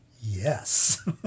yes